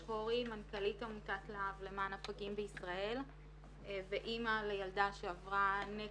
מנכ"לית עמותת לה"ב למען הפגים בישראל ואימא לילדה שעברה נס